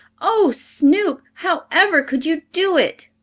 oh, snoop! however could you do it!